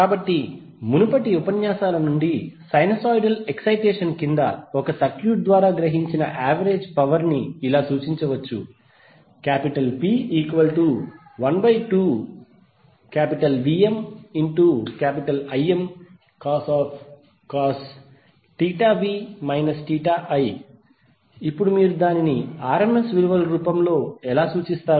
కాబట్టి మునుపటి ఉపన్యాసాల నుండి సైనూసోయిడల్ ఎక్సయిటేషన్ కింద ఒక సర్క్యూట్ ద్వారా గ్రహించిన యావరేజ్ పవర్ ని ఇలా సూచించవచ్చు P12VmImcos θv θi ఇప్పుడు మీరు దానిని rms విలువల రూపంలో ఎలా సూచిస్తారు